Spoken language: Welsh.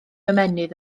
ymennydd